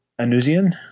Anusian